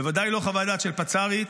בוודאי לא חוות דעת של פצ"רית.